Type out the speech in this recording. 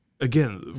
again